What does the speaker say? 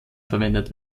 verwendet